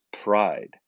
pride